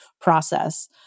process